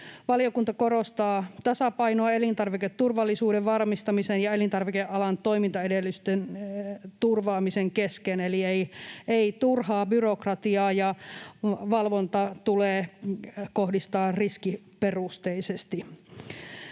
Valiokunta korostaa tasapainoa elintarviketurvallisuuden varmistamisen ja elintarvikealan toimintaedellytysten turvaamisen kesken, eli ei turhaa byrokratiaa ja valvonta tulee kohdistaa riskiperusteisesti.